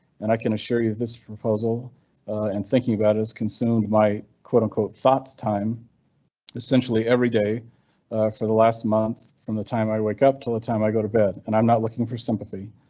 and i can assure you this proposal and thinking about is consumed my quote, unquote thoughts, time essentially every day for the last month from the time i wake up till the time i go to bed and i'm not looking for sympathy.